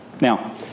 Now